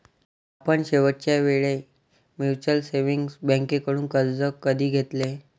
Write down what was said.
आपण शेवटच्या वेळी म्युच्युअल सेव्हिंग्ज बँकेकडून कर्ज कधी घेतले?